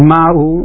Ma'u